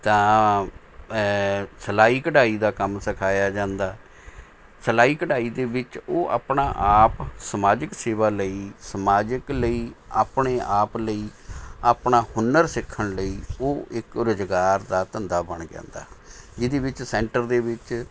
ਤਾਂ ਸਿਲਾਈ ਕਢਾਈ ਦਾ ਕੰਮ ਸਿਖਾਇਆ ਜਾਂਦਾ ਸਿਲਾਈ ਕਢਾਈ ਦੇ ਵਿੱਚ ਉਹ ਆਪਣਾ ਆਪ ਸਮਾਜਿਕ ਸੇਵਾ ਲਈ ਸਮਾਜਿਕ ਲਈ ਆਪਣੇ ਆਪ ਲਈ ਆਪਣਾ ਹੁਨਰ ਸਿੱਖਣ ਲਈ ਉਹ ਇੱਕ ਰੁਜ਼ਗਾਰ ਦਾ ਧੰਦਾ ਬਣ ਜਾਂਦਾ ਇਹਦੇ ਵਿੱਚ ਸੈਂਟਰ ਦੇ ਵਿੱਚ